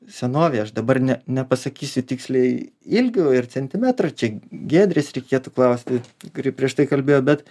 senovėje aš dabar ne nepasakysiu tiksliai ilgių ir centimetrų čia giedrės reikėtų klausti kuri prieš tai kalbėjo bet